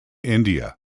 india